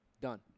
Done